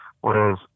Whereas